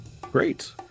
Great